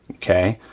okay?